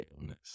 illness